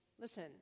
Listen